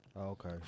Okay